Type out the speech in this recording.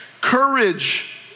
courage